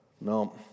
No